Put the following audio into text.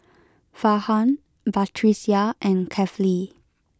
Farhan Batrisya and Kefli